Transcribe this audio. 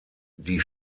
die